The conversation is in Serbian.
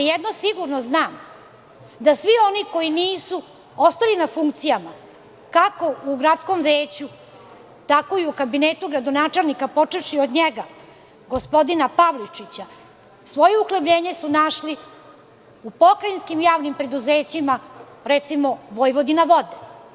Jedno sigurno znam, svi oni koji nisu ostali na funkcijama, kako u gradskom veću, tako i u kabinetu gradonačelnika, počevši od njega, gospodina Pavličića, svoje uhlebljenje su našli u pokrajinskim javnim preduzećima, recimo „Vojvodina vode“